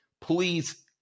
please